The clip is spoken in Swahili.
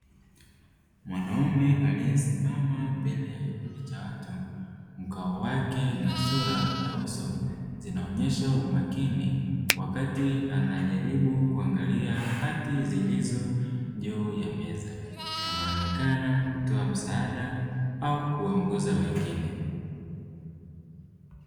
Mwanaume aliyesimama mbele ya kikundi cha watu, mkao wake na sura ya uso zinaonyesha umakini wakati anajaribu kuangalia hati zilizo juu ya meza anaonekana kutoa msaada au kuwaongoza wengine.